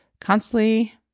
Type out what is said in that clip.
constantly